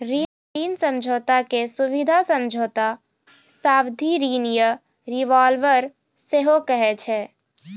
ऋण समझौता के सुबिधा समझौता, सावधि ऋण या रिवॉल्बर सेहो कहै छै